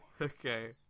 Okay